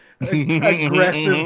aggressive